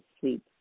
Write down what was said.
sleep